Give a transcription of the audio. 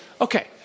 Okay